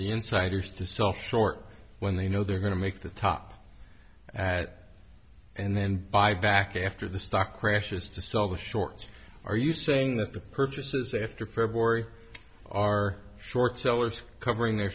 the insiders to self short when they know they're going to make the top and then buy back after the stock crashes to start with shorts are you saying that the purchases after february are short sellers covering their